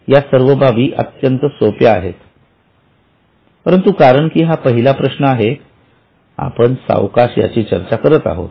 या सर्व बाबी अत्यंत सोपे आहेत परंतु कारण की हा पहिला प्रश्न आहे आपण सावकाश याची चर्चा करत आहोत